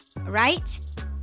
right